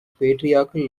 patriarchal